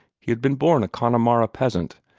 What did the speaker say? he had been born a connemara peasant,